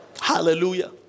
Hallelujah